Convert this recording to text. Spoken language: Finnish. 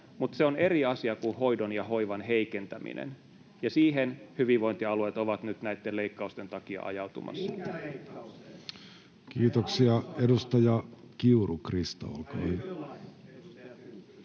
mutta se on eri asia kuin hoidon ja hoivan heikentäminen, ja siihen hyvinvointialueet ovat nyt näitten leikkausten takia ajautumassa. [Ben Zyskowicz: Minkä